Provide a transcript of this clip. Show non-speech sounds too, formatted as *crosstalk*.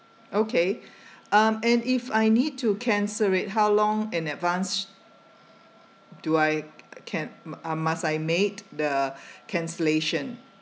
okay *breath* um and if I need to cancel it how long in advance do I can~ um uh must I made the *breath* cancellation